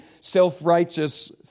self-righteous